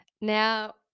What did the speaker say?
Now